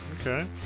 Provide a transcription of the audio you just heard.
okay